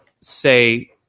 say